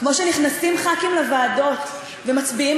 כמו שנכנסים חברי כנסת לוועדות ומצביעים